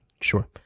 Sure